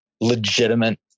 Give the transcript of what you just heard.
legitimate